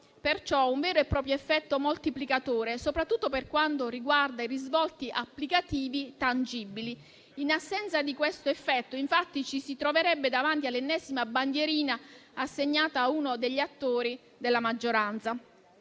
perciò un vero e proprio effetto moltiplicatore, soprattutto per quando riguarda i risvolti applicativi tangibili. In assenza di questo effetto, infatti, ci si troverebbe davanti all'ennesima bandierina assegnata a uno degli attori della maggioranza,